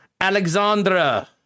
Alexandra